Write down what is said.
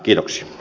kiitoksia